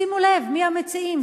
שימו לב מי המציעים,